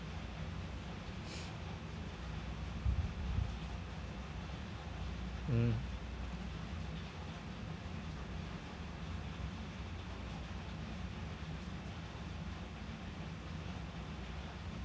mm